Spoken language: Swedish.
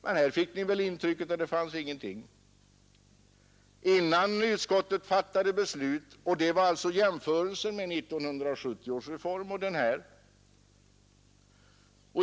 Man har jämfört med 1970 års reform.